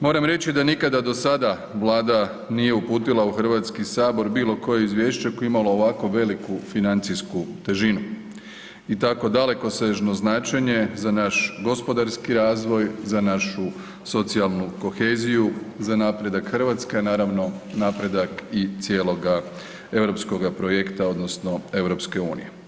Moram reći da nikada do sada Vlada nije uputila u Hrvatski sabor bilo koje izvješće koje je imalo ovako veliku financijsku težinu i tako dalekosežno značenje za naš gospodarski razvoj, za našu socijalnu koheziju, za napredak Hrvatske, a naravno i cijeloga europskoga projekta odnosno EU.